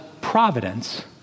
providence